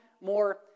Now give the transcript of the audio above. more